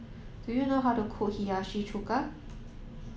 do you know how to cook Hiyashi Chuka